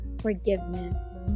forgiveness